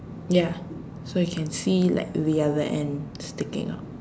ya so you can see like the other end sticking out